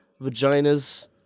vaginas